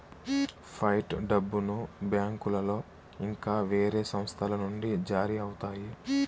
fight డబ్బును బ్యాంకులో ఇంకా వేరే సంస్థల నుండి జారీ అవుతాయి